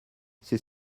c’est